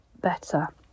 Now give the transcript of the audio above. better